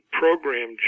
program